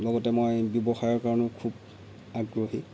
লগতে মই ব্যৱসায়ৰ কাৰণেও খুব আগ্ৰহী